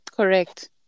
Correct